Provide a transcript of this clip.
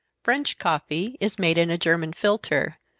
french coffee is made in a german filter,